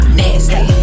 nasty